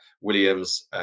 williams